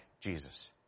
Jesus